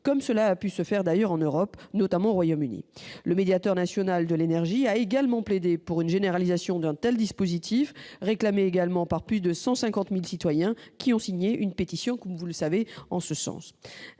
comme cela a pu se faire ailleurs en Europe, notamment au Royaume-Uni. Le Médiateur national de l'énergie a également plaidé pour la généralisation d'un tel dispositif, réclamé par plus de 150 000 citoyens, qui ont signé une pétition en ce sens.